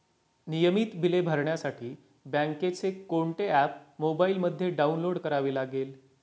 नियमित बिले भरण्यासाठी बँकेचे कोणते ऍप मोबाइलमध्ये डाऊनलोड करावे लागेल?